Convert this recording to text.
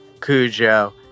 Cujo